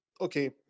Okay